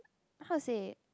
how to say